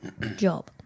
job